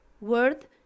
word